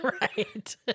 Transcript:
Right